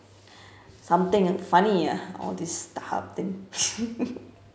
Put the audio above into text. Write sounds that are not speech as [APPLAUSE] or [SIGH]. something ah funny ah all this starhub thing [LAUGHS]